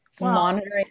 Monitoring